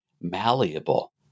malleable